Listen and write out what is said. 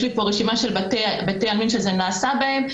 יש לי פה רשימה של בתי עלמין שזה נעשה בהם.